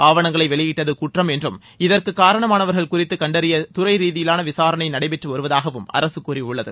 ஆவணங்களை வெளியிட்டது குற்றம் என்றும் இதற்கு காரணமானவர்கள் குறித்து கண்டறிய துறை ரீதியிலான விசாரணை நடைபெற்று வருவதாகவும் அரசு கூறியுள்ளது